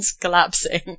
collapsing